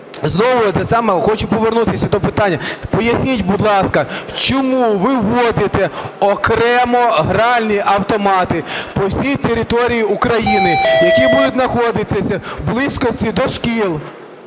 саме, хочу повернутися до питання. Поясність, будь ласка, чому ви вводите окремо гральні автомати по всій території України, які будуть знаходитися в близькості до шкіл,